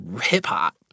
hip-hop